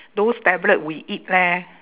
those tablet we eat leh